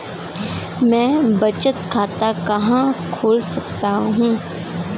मैं बचत खाता कहाँ खोल सकता हूँ?